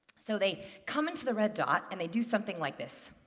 so they come onto the red dot, and they do something like this.